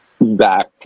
back